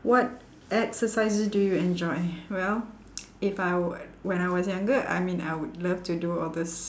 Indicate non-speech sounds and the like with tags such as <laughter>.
what exercises do you enjoy well <noise> if I were when I was younger I mean I would love to do all these